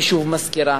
אני שוב מזכירה,